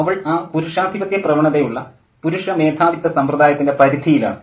അവൾ ആ പുരുഷാധിപത്യ പ്രവണത ഉള്ള പുരുഷ മേധാവിത്വ സമ്പ്രദായത്തിൻ്റെ പരിധിയിലാണ്